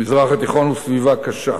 המזרח התיכון הוא סביבה קשה.